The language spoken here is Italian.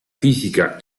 fisica